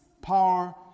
power